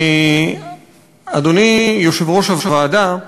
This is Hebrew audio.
אדוני יושב-ראש הוועדה,